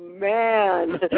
man